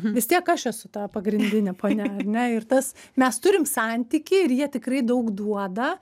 vis tiek aš esu ta pagrindinė ponia ar ne ir tas mes turim santykį ir jie tikrai daug duoda